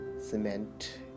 cement